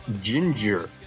Ginger